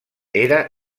era